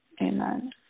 amen